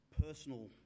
personal